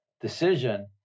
decision